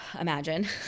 Imagine